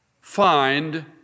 find